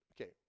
Okay